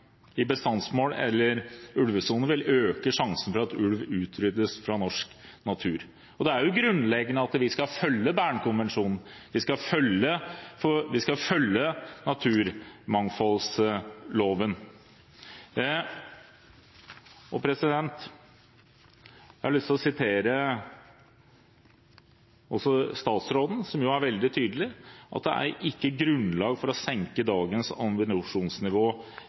i bestandsmål eller ulvesoner vil øke risikoen for at ulv utryddes fra norsk natur. Det er grunnleggende at vi skal følge Bern-konvensjonen, og vi skal følge naturmangfoldloven. Jeg har lyst til å sitere statsråden, som jo er veldig tydelig på at det ikke er grunnlag for å senke dagens